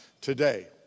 today